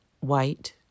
white